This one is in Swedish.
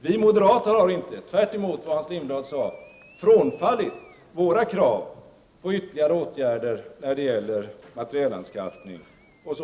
Vi moderater har inte, tvärtemot vad Hans Lindblad sade, frångått våra krav på ytterligare åtgärder när det gäller t.ex. materielanskaffning.